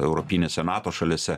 europinėse nato šalyse